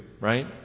right